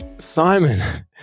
Simon